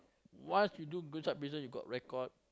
once you do go inside prison you got record